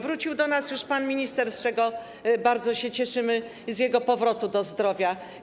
Wrócił do nas już pan minister, bardzo się cieszymy z jego powrotu do zdrowia.